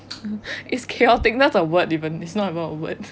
is chaoticness a word even it's not even a word